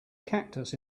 cactus